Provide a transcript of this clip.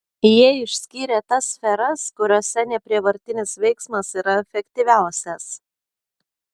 jie išskyrė tas sferas kuriose neprievartinis veiksmas yra efektyviausias